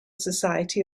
society